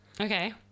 okay